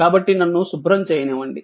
కాబట్టి నన్ను శుభ్రం చేయనివ్వండి